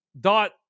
dot